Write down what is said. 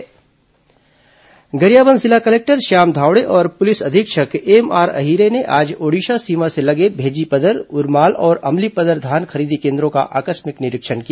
धान खरीदी निरीक्षण गरियाबंद जिला कलेक्टर श्याम धावड़े और पुलिस अधीक्षक एमआर अहिरे ने आज ओडिशा सीमा से लगे भेज्जीपदर उरमाल और अमलीपदर धान खरीदी केन्द्रों का आकस्मिक निरीक्षण किया